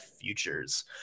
futures